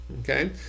Okay